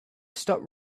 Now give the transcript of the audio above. stopped